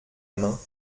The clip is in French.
main